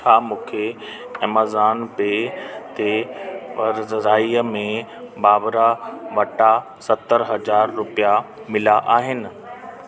छा मूंखे ऐमज़ॉन पे ते वेझिराईअ में बाबरा वटां सतरि हज़ार रुपिया मिल्या आहिनि